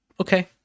okay